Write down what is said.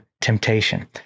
temptation